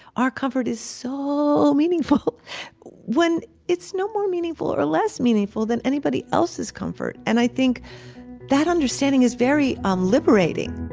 our comfort is so meaningful when it's no more meaningful or less meaningful than anybody else's comfort. and i think that understanding is very um liberating